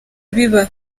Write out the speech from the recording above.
biba